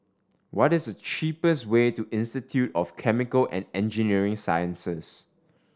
what is the cheapest way to Institute of Chemical and Engineering Sciences